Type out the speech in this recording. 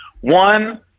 one